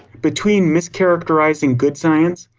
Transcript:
between mischaracterizing good science,